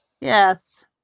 Yes